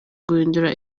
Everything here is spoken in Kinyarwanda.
guhindura